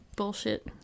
bullshit